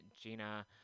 Gina